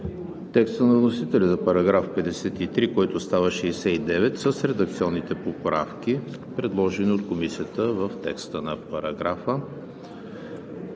текста на вносителя за § 53, който става § 69 с редакционните поправки, предложени от Комисията в текста на параграфа;